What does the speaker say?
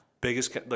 biggest